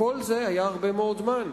לכל זה היה הרבה מאוד זמן.